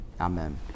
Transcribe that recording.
Amen